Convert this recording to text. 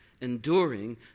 enduring